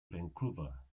vancouver